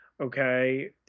Okay